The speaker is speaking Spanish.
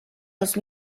los